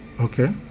Okay